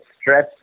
stress